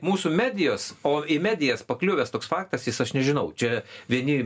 mūsų medijos o į medijas pakliuvęs toks faktas jis aš nežinau čia vieni